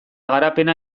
garapena